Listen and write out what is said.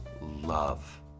love